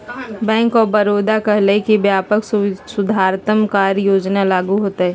bank of Baroda कहलकय कि व्यापक सुधारात्मक कार्य योजना लागू होतय